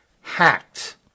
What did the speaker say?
hacked